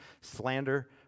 slander